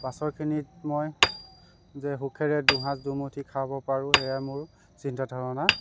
পাছৰ খিনিত মই যে সুখেৰে দুসাঁজ দুমুঠি খাব পাৰো সেয়াই মোৰ চিন্তা ধাৰণা